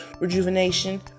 rejuvenation